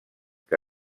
que